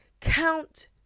count